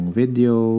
video